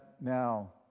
now